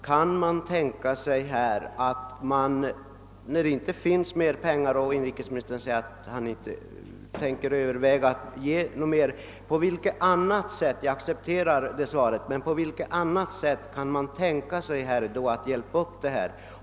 Då det inte finns mer medel till förfogande och då inrikesministern inte heller vill anslå mera, vilket jag konstaterar, skulle jag vilja veta på vilket annat sätt man kan tänka sig att klara av svårigheterna.